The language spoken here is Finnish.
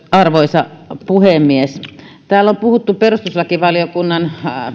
arvoisa puhemies täällä on puhuttu perustuslakivaliokunnan